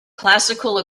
classical